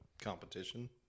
competition